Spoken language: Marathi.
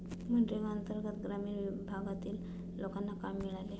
मनरेगा अंतर्गत ग्रामीण भागातील लोकांना काम मिळते